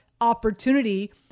opportunity